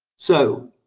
so,